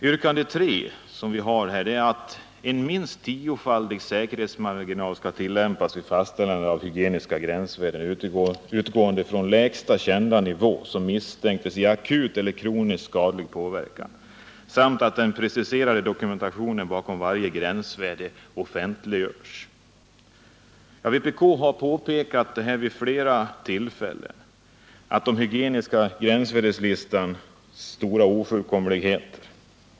Yrkande 3 är ett krav på en minst tiofaldig säkerhetsmarginal att tillämpas vid fastställande av hygieniska gränsvärden, utgående från lägsta kända nivå som misstänks ge akut eller kroniskt skadlig påverkan, samt att den preciserade dokumentationen bakom varje gränsvärde offentliggörs. Vpk har vid flera tillfällen påpekat de stora ofullkomligheterna i den hygieniska gränsvärdeslistan.